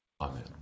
Amen